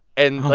and like.